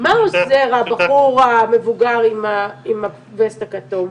מה עוזר הבחור המבוגר עם הוסט הכתום?